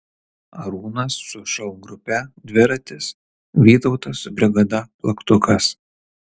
arūnas su šou grupe dviratis vytautas su brigada plaktukas